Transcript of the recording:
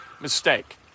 Mistake